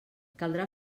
caldrà